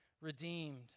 redeemed